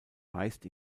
meist